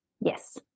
Yes